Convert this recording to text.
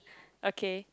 okay